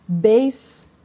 base